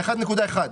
ה-1.1.